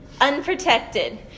unprotected